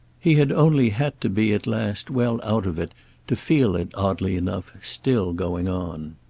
he had only had to be at last well out of it to feel it, oddly enough, still going on.